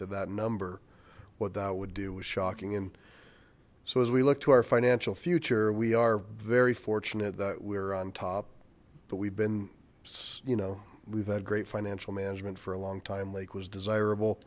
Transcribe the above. to that number what that would do was shocking and so as we look to our financial future we are very fortunate that we're on top but we've been you know we've had great financial management for a long time lake was desirable